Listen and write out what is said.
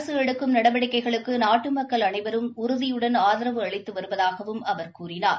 அரசு எடுககும் நடவடிக்கைகளுக்கு நாட்டு மக்கள் அனைவரும் உறுதியுடன் ஆதரவு அளித்து வருவதாகவும் அவர் கூறினார்